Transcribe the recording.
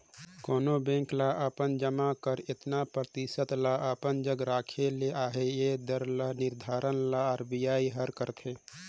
कोनो बेंक ल अपन जमा कर एतना परतिसत ल अपन जग राखे ले अहे ए दर कर निरधारन ल आर.बी.आई हर करथे